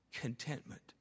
contentment